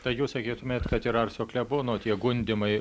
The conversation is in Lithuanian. tai jūs sakytumėt kad ir arso klebono tie gundymai